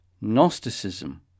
Gnosticism